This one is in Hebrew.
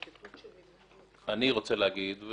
אני רוצה להגיד,